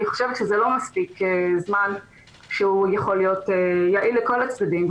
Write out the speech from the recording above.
אני חושבת שזה לא מספיק זמן שיכול להיות יעיל לכל הצדדים.